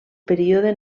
període